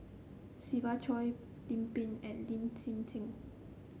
Siva Choy Lim Pin and Lin Hsin Hsin